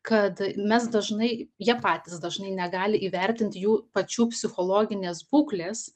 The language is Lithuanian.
kad mes dažnai jie patys dažnai negali įvertint jų pačių psichologinės būklės